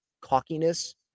cockiness